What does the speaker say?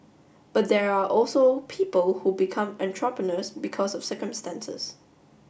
but there are also people who become entrepreneurs because of circumstances